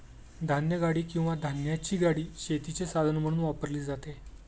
धान्यगाडी किंवा धान्याची गाडी शेतीचे साधन म्हणून वापरली जाते